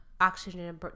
oxygen